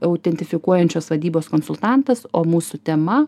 autentifikuojančios vadybos konsultantas o mūsų tema